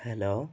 hello